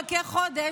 ואז נחכה חודש,